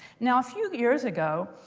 now a few years ago,